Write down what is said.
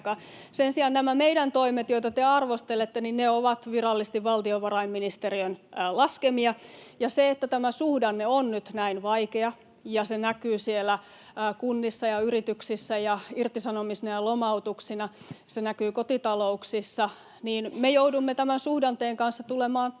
Sen sijaan nämä meidän toimemme, joita te arvostelette, ovat virallisesti valtiovarainministeriön laskemia. Kun tämä suhdanne on nyt näin vaikea ja se näkyy siellä kunnissa ja yrityksissä ja irtisanomisina ja lomautuksina ja se näkyy kotitalouksissa, niin me joudumme tämän suhdanteen kanssa tulemaan toimeen,